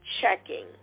checking